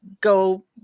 go